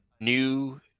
new